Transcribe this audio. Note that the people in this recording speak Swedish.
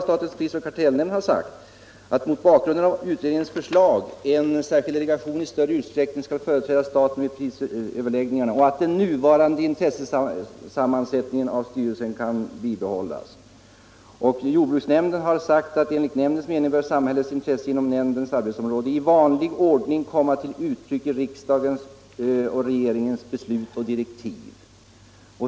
Statens pris och kartellnämnd har sagt att mot bakgrunden av utredningens förslag en särskild delegation i större utsträckning skall företräda staten vid prisöverläggningarna och att den nuvarande intressesammansättningen i styrelsen kan bibehållas. Jordbruksnämnden har sagt att enligt nämndens mening bör samhällets intresse inom nämndens arbetsområde i vanlig ordning komma till uttryck i riksdagens och regeringens beslut och direktiv.